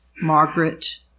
Margaret